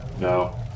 No